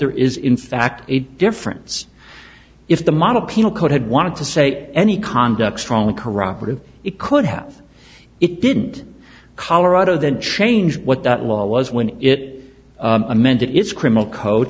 there is in fact a difference if the model penal code had wanted to say any conduct strongly corroborative it could have it didn't colorado then changed what the law was when it amended its criminal code